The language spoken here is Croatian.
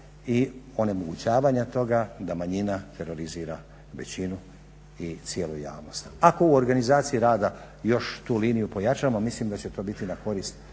i onemogućavanja toga da manjina terorizira većinu i cijelu javnost. Ako u organizaciji rada još tu liniju pojačamo mislim da će to biti na korist